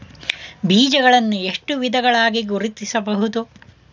ಬೀಜಗಳನ್ನು ಎಷ್ಟು ವಿಧಗಳಾಗಿ ಗುರುತಿಸಬಹುದು?